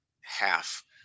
half